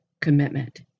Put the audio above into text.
commitment